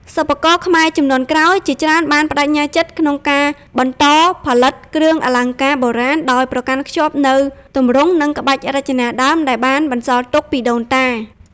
សិប្បករខ្មែរជំនាន់ក្រោយ ជាច្រើនបានប្តេជ្ញាចិត្តខ្ពស់ក្នុងការបន្តផលិតគ្រឿងអលង្ការបុរាណ ដោយប្រកាន់ខ្ជាប់នូវ ទម្រង់ និងក្បាច់រចនាដើម ដែលបានបន្សល់ទុកពីដូនតា។